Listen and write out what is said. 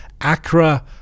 Accra